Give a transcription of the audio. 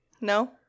No